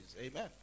Amen